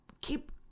Keep